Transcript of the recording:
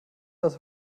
das